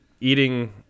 eating